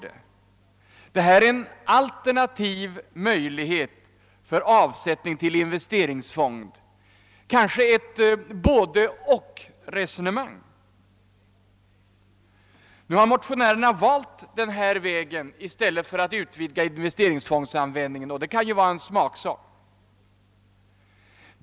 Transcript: I stället är det en alternativ möjlighet för avsättning till investeringsfonder, kanske ett »både—och«resonemang. Man kunde naturligtvis ha motionerat om en vidare användningsmöjlighet för investeringsfonderna. Men nu har motionärerna valt denna väg, och det kan ju vara en smaksak.